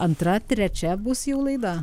antra trečia bus jau laida